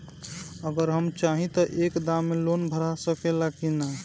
अगर हम चाहि त एक दा मे लोन भरा सकले की ना?